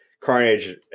carnage